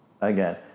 again